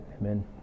amen